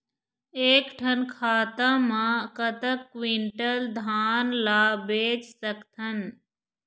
एक ठन खाता मा कतक क्विंटल धान ला बेच सकथन?